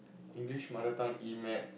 English mother tongue E maths